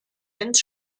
jens